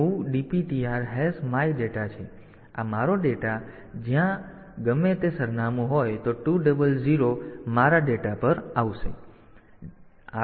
તેથી આ મારો ડેટા જ્યાં ગમે તે સરનામું હોય તો 200 તેથી 200 મારા ડેટા પર આવશે